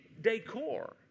decor